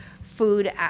food